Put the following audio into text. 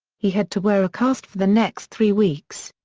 he had to wear a cast for the next three weeks.